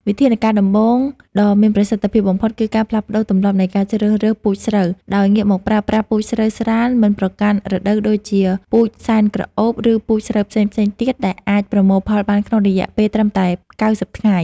វិធានការដំបូងដ៏មានប្រសិទ្ធភាពបំផុតគឺការផ្លាស់ប្តូរទម្លាប់នៃការជ្រើសរើសពូជស្រូវ ដោយងាកមកប្រើប្រាស់ពូជស្រូវស្រាលមិនប្រកាន់រដូវដូចជាពូជសែនក្រអូប ឬពូជស្រូវផ្សេងៗទៀតដែលអាចប្រមូលផលបានក្នុងរយៈពេលត្រឹមតែ ៩០ ថ្ងៃ។